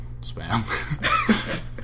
Spam